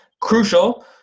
crucial